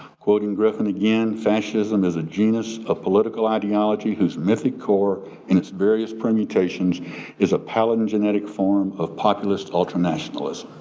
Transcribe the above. quoting griffin again, fascism is a genus of political ideology whose mythic core in its various permutations is a palingenetic form of populist ultra-nationalism.